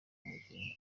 umukinnyi